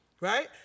right